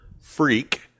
Freak